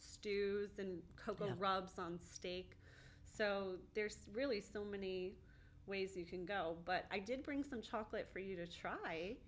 stew and cocoa rubs on steak so there's really so many ways you can go but i did bring some chocolate for you to try